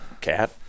Cat